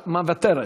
מוותרת.